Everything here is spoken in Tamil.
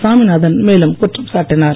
சாமிநாதன் மேலும் குற்றம் சாட்டினார்